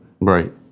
Right